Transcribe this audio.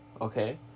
Okay